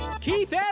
Keith